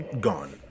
gone